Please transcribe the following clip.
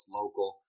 local